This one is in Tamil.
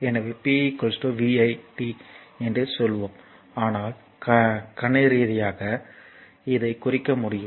எனவே p vi t என்று சொல்லுவோம் ஆனால் கணித ரீதியாக இதை குறிக்க முடியும்